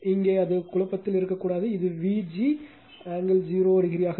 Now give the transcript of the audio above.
இங்கே அது குழப்பத்தில் இருக்கக்கூடாது இது Vg ஆங்கிள் 0 டிகிரியாக இருக்கும்